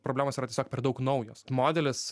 problemos yra tiesiog per daug naujos modelis